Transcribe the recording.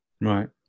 right